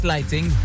Lighting